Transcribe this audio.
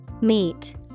Meet